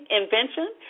invention